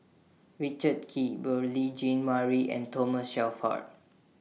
Richard Kee Beurel Jean Marie and Thomas Shelford